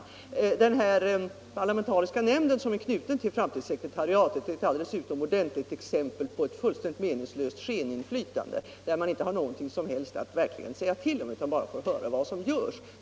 i Den parlamentariska nämnd som är knuten till sekretariatet för framtidsforskning är ett utomordentligt exempel på meningslöst skeninflytande. Nämnden har inte något som helst att säga till om utan får bara höra vad som görs.